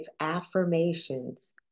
affirmations